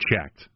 checked